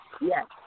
Yes